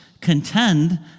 contend